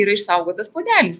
ir išsaugotas puodelis